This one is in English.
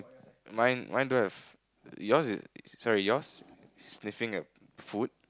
mine mine don't have yours is sorry yours sniffing at food